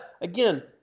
again